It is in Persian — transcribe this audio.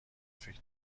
فکری